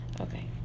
Okay